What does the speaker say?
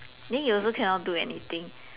then you also cannot do anything